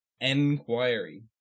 enquiry